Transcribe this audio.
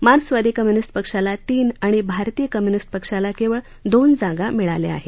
मार्क्सवादी कम्यूनिस्ट पक्षाला तीन आणि भारतीय कम्युनिस्ट पक्षाला केवळ दोन जागा मिळाल्या आहेत